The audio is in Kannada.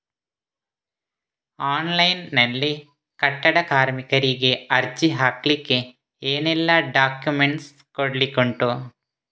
ಆನ್ಲೈನ್ ನಲ್ಲಿ ಕಟ್ಟಡ ಕಾರ್ಮಿಕರಿಗೆ ಅರ್ಜಿ ಹಾಕ್ಲಿಕ್ಕೆ ಏನೆಲ್ಲಾ ಡಾಕ್ಯುಮೆಂಟ್ಸ್ ಕೊಡ್ಲಿಕುಂಟು?